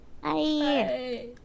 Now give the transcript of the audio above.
hi